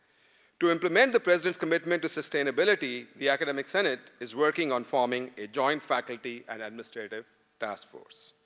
to implement the president's commitment to sustainability, the academic senate is working on forming a joint faculty and administrative taskforce.